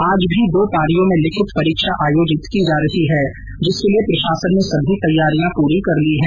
आज भी दो पारियो में लिखित परीक्षा आयोजित की जा रही है जिसके लिए प्रशासन ने सभी तैयारियां पूरी कर ली है